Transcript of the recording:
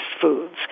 foods